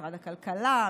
משרד הכלכלה,